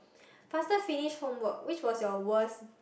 faster finish homework which was your worst